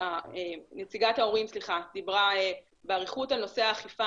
נציגת ההורים דיברה באריכות על נושא האכיפה,